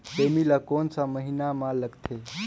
सेमी ला कोन सा महीन मां लगथे?